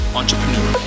entrepreneur